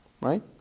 Right